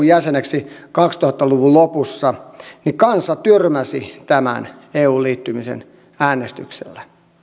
jäseneksi kaksituhatta luvun lopussa niin kansa tyrmäsi tämän euhun liittymisen äänestyksellä